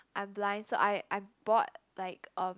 I'm blind so I I bought like um